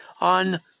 on